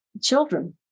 children